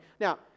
Now